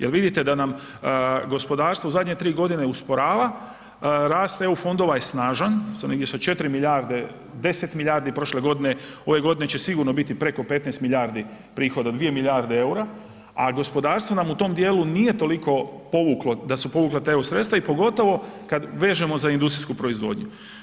Jer vidite da nam gospodarstvo u zadnje 3 godine usporava, rast EU fondova je snažan, tu sam negdje sa 4 milijarde, 10 milijardi prošle godine, ove godine će sigurno biti preko 15 milijardi, 2 milijarde EUR-a, a gospodarstvo nam u tom dijelu nije toliko povuklo, da su povukla ta EU sredstva i pogotovo kad vežemo za industrijsku proizvodnju.